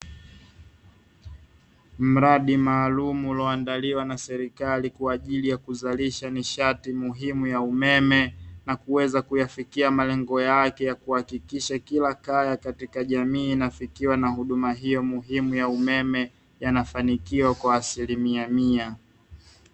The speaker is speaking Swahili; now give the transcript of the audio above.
Mradi maalumu uliyoandaliwa na serikali kwa ajili ya kuzalisha nishati muhimu ya umeme, na kuweza kuyafikia malengo yake ya kuhakikisha kila kaya katika jamii inafikiwa na huduma hiyo muhimu ya umeme, yanafanikiwa kwa asilimia mia.